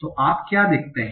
तो आप क्या देखते हैं